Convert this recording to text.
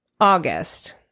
August